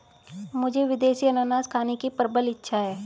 मुझे विदेशी अनन्नास खाने की प्रबल इच्छा है